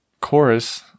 chorus